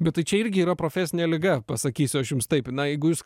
bet tai čia irgi yra profesinė liga pasakysiu aš jums taip na jeigu jūs